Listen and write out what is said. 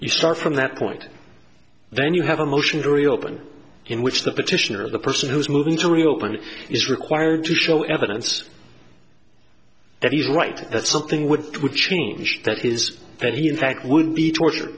you start from that point then you have a motion to reopen in which the petitioner of the person who's moving to reopen it is required to show evidence and he's right that something would change that is that he in fact would be torture